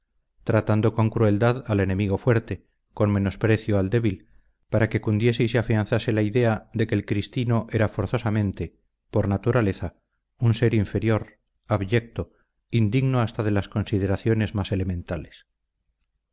tratando con crueldad al enemigo fuerte con menosprecio al débil para que cundiese y se afianzase la idea de que el cristino era forzosamente por naturaleza un ser inferior abyecto indigno hasta de las consideraciones más elementales